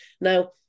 Now